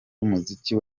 b’umuziki